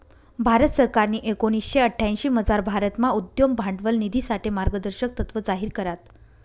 भारत सरकारनी एकोणीशे अठ्यांशीमझार भारतमा उद्यम भांडवल निधीसाठे मार्गदर्शक तत्त्व जाहीर करात